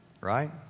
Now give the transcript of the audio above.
right